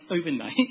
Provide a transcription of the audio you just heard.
overnight